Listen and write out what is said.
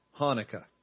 Hanukkah